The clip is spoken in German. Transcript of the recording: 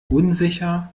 unsicher